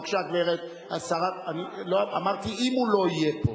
בבקשה, גברת, אמרתי: אם הוא לא יהיה פה.